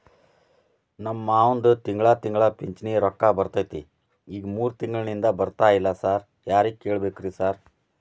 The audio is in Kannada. ನಮ್ ಮಾವಂದು ತಿಂಗಳಾ ತಿಂಗಳಾ ಪಿಂಚಿಣಿ ರೊಕ್ಕ ಬರ್ತಿತ್ರಿ ಈಗ ಮೂರ್ ತಿಂಗ್ಳನಿಂದ ಬರ್ತಾ ಇಲ್ಲ ಸಾರ್ ಯಾರಿಗ್ ಕೇಳ್ಬೇಕ್ರಿ ಸಾರ್?